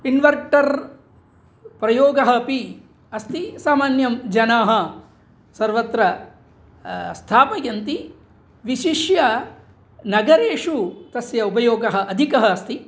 inverter प्रयोगः अपि अस्ति सामान्याः जनाः सर्वत्र स्थापयन्ति विशिष्टः नगरेषु तस्य उपयोगः अधिकः अस्ति